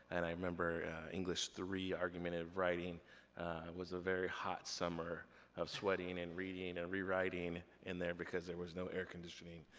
and i remember english three, argumentative writing was a very hot summer of sweating, and reading, and rewriting in there because there was no air conditioning.